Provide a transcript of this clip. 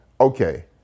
okay